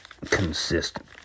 consistent